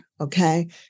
okay